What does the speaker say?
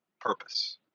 Purpose